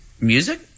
Music